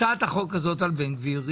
הצעת החוק הזאת על בן גביר,